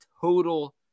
total